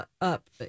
up